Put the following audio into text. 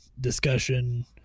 discussion